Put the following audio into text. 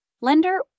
lender